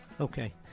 Okay